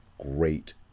great